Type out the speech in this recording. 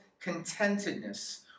contentedness